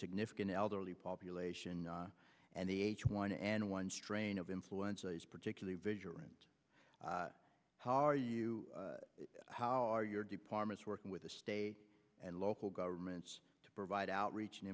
significant elderly population and the h one n one strain of influenza is particularly vigilant how are you how are your departments working with the state and local governments to provide outreach and